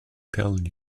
tell